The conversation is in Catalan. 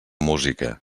música